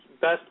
best